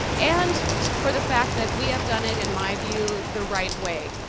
and for the fact that we have done it, in my view, the right way.